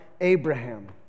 Abraham